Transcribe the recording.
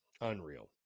Unreal